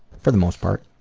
for the most part